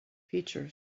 features